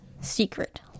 secret